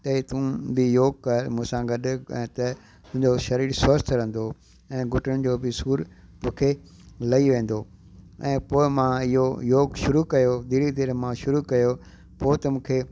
त तूं बि योग कर मूंसां गॾु त तुंहिंजो शरीरु स्वस्थ रहंदो ऐं घुटननि जो बि सूरु तोखे लही वेंदो ऐं पोइ मां योग योग शुरू कयो धीरे धीरे मां शुरू कयो पोइ त मूंखे